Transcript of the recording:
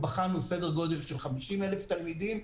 בחנו סדר-גודל של 50,000 תלמידים,